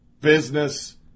Business